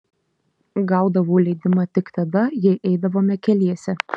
gaudavau leidimą tik tada jei eidavome keliese